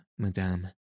Madame